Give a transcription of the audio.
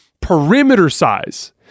perimeter-size